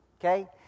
Okay